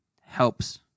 helps